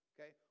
Okay